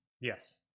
Yes